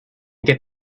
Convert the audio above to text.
get